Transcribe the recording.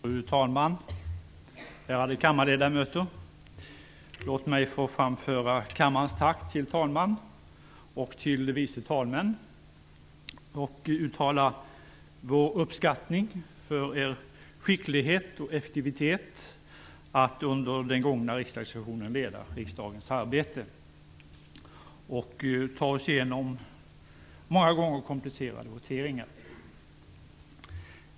Fru talman! Ärade kammarledamöter! Låt mig få framföra kammarens tack till talman och vice talmän och uttala vår uppskattning för er skicklighet och effektivitet i att under den gångna riksdagssessionen leda riksdagens arbete och ta oss igenom många gånger komplicerade voteringar.